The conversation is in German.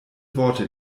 worte